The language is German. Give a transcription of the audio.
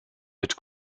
mit